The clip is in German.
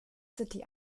city